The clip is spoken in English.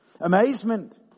Amazement